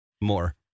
More